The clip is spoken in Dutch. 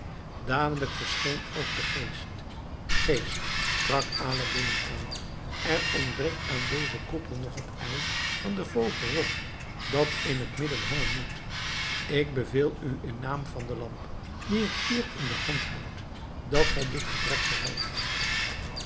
dadelijk verscheen ook de geest geest sprak aladdin hem aan er ontbreekt aan dezen koepel nog het ei van den vogel rock dat in het midden hangen moet ik beveel u in naam van de lamp die ik hier in de hand houd dat gij dit gebrek verhelpt